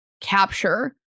capture